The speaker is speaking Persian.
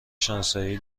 شناسایی